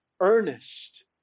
earnest